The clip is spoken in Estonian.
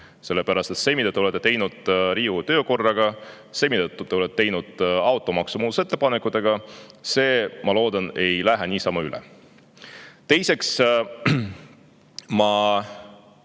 sellepärast et see, mida te olete teinud Riigikogu töökorraga, see, mida te olete teinud automaksu muudatusettepanekutega, ma loodan, ei lähe niisama üle. Teiseks, ma